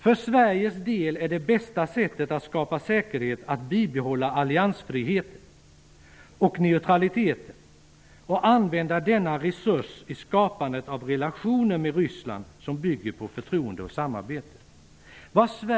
För Sveriges del är det bästa sättet att skapa säkerhet att bibehålla alliansfrihet och neutralitet och använda denna resurs i skapandet av relationer med Ryssland som bygger på förtroende och samarbete.